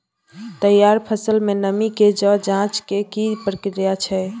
तैयार फसल में नमी के ज जॉंच के की प्रक्रिया छै?